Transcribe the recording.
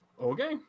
Okay